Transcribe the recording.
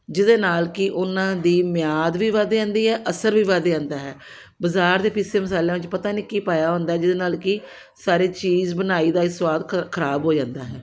ਜਿਹਦੇ ਨਾਲ ਕਿ ਉਨ੍ਹਾਂ ਦੀ ਮਿਆਦ ਵੀ ਵਧ ਜਾਂਦੀ ਹੈ ਅਸਰ ਵੀ ਵਧ ਜਾਂਦਾ ਹੈ ਬਾਜ਼ਾਰ ਦੇ ਪੀਸੇ ਮਸਾਲਿਆਂ ਵਿੱਚ ਪਤਾ ਨਹੀਂ ਕੀ ਪਾਇਆ ਹੁੰਦਾ ਜਿਹਦੇ ਨਾਲ ਕਿ ਸਾਰੀ ਚੀਜ਼ ਬਣਾਈ ਦਾ ਹੀ ਸਵਾਦ ਖ ਖਰਾਬ ਹੋ ਜਾਂਦਾ ਹੈ